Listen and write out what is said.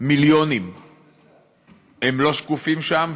מיליונים הם לא שקופים שם?